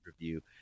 review